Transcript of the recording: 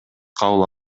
кабыл